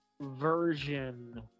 Version